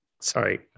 sorry